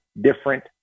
different